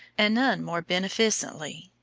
and none more beneficently.